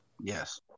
Yes